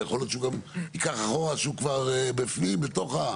ויכול להיות שהוא גם ייקח אחורה כשהוא כבר בפנים בתוך זה.